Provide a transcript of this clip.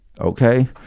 Okay